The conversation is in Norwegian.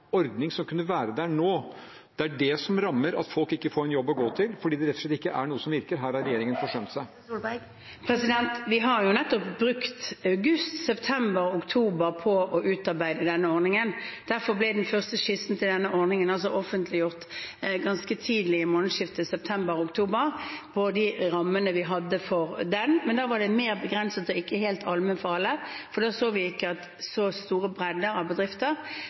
ordning som kunne være der nå? Det er det som rammer, at folk ikke får en jobb å gå til fordi det rett og slett ikke er noe som virker. Her har regjeringen forsømt seg. Vi har nettopp brukt august, september og oktober på å utarbeide denne ordningen. Derfor ble den første skissen til denne ordningen offentliggjort ganske tidlig, i månedsskiftet september/oktober, på de rammene vi hadde for den. Men da var det mer begrenset og ikke helt allment for alle, for da så vi ikke at en så stor bredde av bedrifter